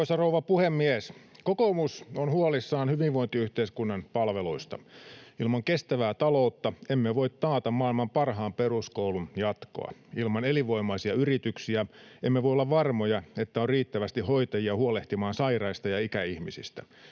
Arvoisa rouva puhemies! Kokoomus on huolissaan hyvinvointiyhteiskunnan palveluista. Ilman kestävää taloutta emme voi taata maailman parhaan peruskoulun jatkoa. Ilman elinvoimaisia yrityksiä emme voi olla varmoja, että on riittävästi hoitajia huolehtimaan sairaista ja ikäihmisistä.